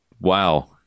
Wow